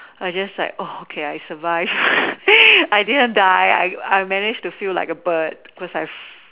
I just like oh okay I survived I didn't die I managed to feel like a bird cause I